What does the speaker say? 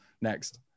next